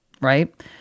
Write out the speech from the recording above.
right